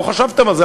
לא חשבתם על זה,